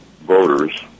voters